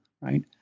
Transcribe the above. right